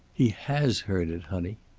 he has heard it, honey.